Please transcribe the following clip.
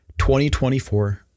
2024